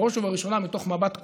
בראש ובראשונה מתוך מבט כולל,